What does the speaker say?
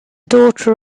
daughter